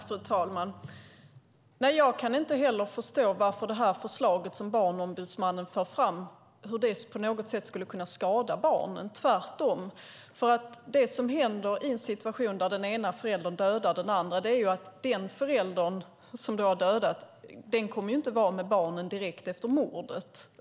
Fru talman! Inte heller jag kan förstå hur det förslag som Barnombudsmannen för fram på något sätt skulle kunna skada barnen. Det är tvärtom. Det som händer i en situation där den ena föräldern dödar den andra är att den förälder som har dödat inte kommer att vara med barnen direkt efter mordet.